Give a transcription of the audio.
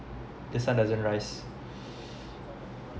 the sun doesn't rise